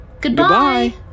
Goodbye